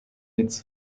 its